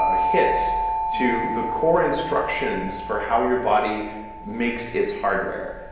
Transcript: ah hits to the core instructions for how your body makes its hardware,